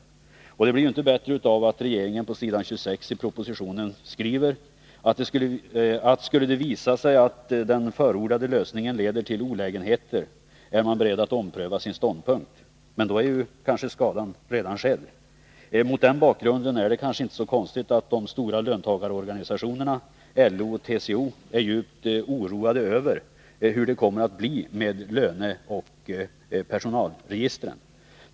Det hela blir inte bättre av att regeringen på s. 26 i propositionen skriver: ”Skulle det visa sig att den av mig förordade lösningen leder till olägenheter, är jag självfallet beredd att ompröva min ståndpunkt.” Men då kanske skadan redan är skedd. Mot den bakgrunden är det inte så konstigt att de stora löntagarorganisationerna LO och TCO är djupt oroade över hur det kommer att bli med löneoch personalregistren.